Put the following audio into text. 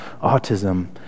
autism